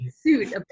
suit